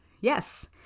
Yes